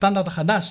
הסטנדרט החדש.